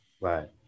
Right